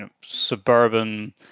suburban